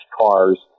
cars